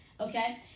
okay